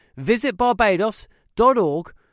visitbarbados.org